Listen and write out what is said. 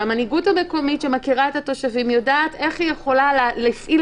שהמנהיגות המקומית שמכירה את התושבים יודעת איך היא יכולה להפעיל